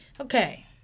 Okay